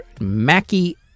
Mackie